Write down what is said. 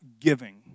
giving